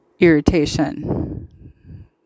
irritation